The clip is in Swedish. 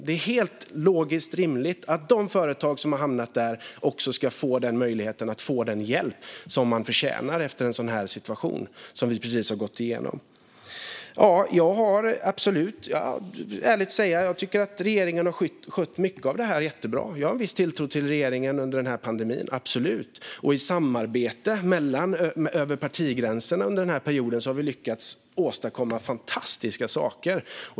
Det är logiskt att de företag som har hamnat där ska få möjlighet att få den hjälp de förtjänar efter en sådan situation som vi precis har gått igenom. Jag kan ärligt säga att jag tycker att regeringen har skött mycket av det här jättebra. Jag har absolut viss tilltro till det regeringen har gjort under pandemin. Genom samarbete över partigränserna har vi under den här perioden lyckats åstadkomma fantastiska saker.